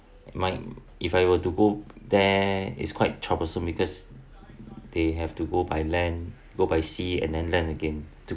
mine if I were to go there is quite troublesome because they have to go by land go by sea and then land again to